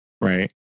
Right